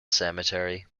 cemetery